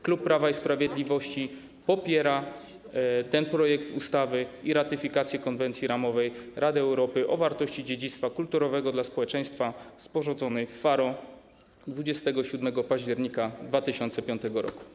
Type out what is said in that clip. Klub Prawa i Sprawiedliwości popiera ten projekt ustawy i ratyfikację Konwencji ramowej Rady Europy o wartości dziedzictwa kulturowego dla społeczeństwa, sporządzonej w Faro dnia 27 października 2005 r.